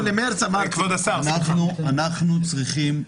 אנחנו צריכים למנות שופטים.